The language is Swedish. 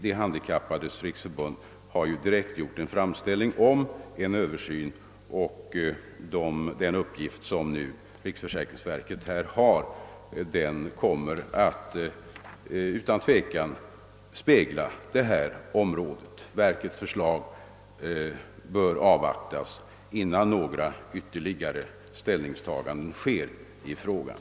De handikappades riksförbund har ju gjort en direkt framställning om en översyn, och riksförsäkringsverkets utredning kommer utan tvivel att spegla hela området. Verkets förslag bör därför avvaktas innan några ytterligare ställningstaganden göres i frågan.